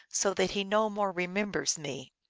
so that he no more remembers me.